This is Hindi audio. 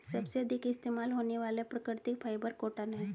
सबसे अधिक इस्तेमाल होने वाला प्राकृतिक फ़ाइबर कॉटन है